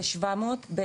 כ-700.